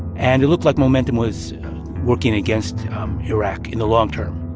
and it looked like momentum was working against iraq in the long term.